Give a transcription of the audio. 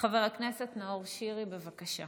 חבר הכנסת נאור שירי, בבקשה.